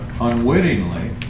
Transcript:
unwittingly